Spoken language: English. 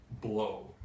blow